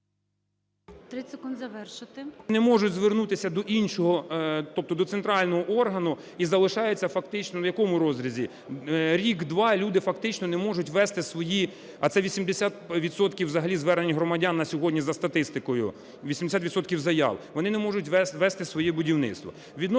30 секунд завершити.